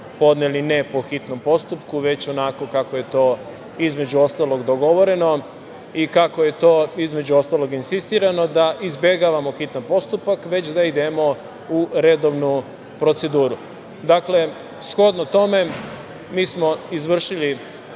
ne po hitnom postupku, već onako kako je to, između ostalog, dogovoreno i kako je to, između ostalog, insistirano, da izbegavamo hitan postupak, već da idemo u redovnu proceduru. Dakle, shodno tome, mi smo izvršili